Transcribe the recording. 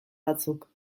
batzuk